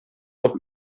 noch